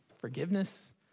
forgiveness